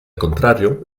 contrario